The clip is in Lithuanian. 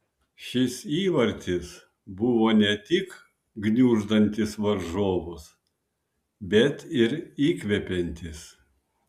šis įvartis buvo ne tik gniuždantis varžovus bet ir įkvepiantis